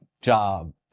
job